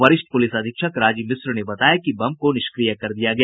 वरिष्ठ पुलिस अधीक्षक राजीव मिश्रा ने बताया कि बम को निष्क्रिय कर दिया गया